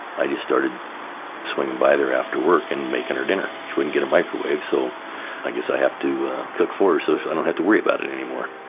i just started swinging by there after work and making her dinner. she wouldn't get a microwave so i guess i have to cook for her so she doesn't and have to worry about it anymore.